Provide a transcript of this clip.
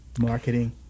marketing